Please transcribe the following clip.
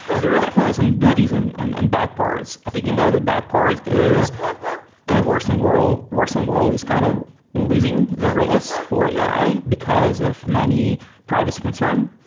there were definitely some goodies and and and bad parts. thinking about the bad part is in a worsen world worsen world is kind of losing the race for ai because of many privacy concern.